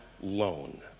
loan